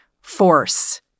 force